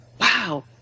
wow